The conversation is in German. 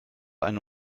eine